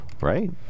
right